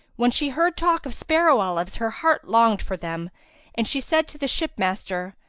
when she heard talk of sparrow olives her heart longed for them and she said to the ship-master,